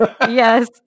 Yes